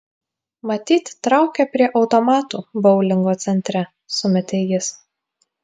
matyt traukia prie automatų boulingo centre sumetė jis